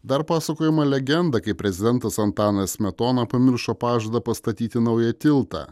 dar pasakojama legenda kaip prezidentas antanas smetona pamiršo pažadą pastatyti naują tiltą